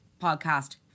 podcast